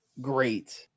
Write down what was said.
great